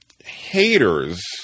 Haters